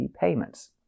payments